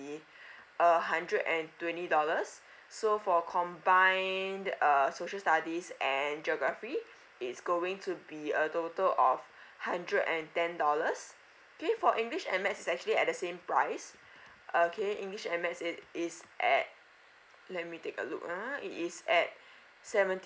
a hundred and twenty dollars so for combined err social studies and geography it's going to be a total of hundred and ten dollars okay for english and maths is actually at the same price ah okay english and maths it is at let me take a look err is at seventy